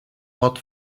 hot